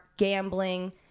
Gambling